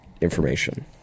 information